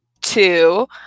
two